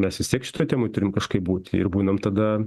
mes vis tiek šitoj temoj turim kažkaip būti ir būnam tada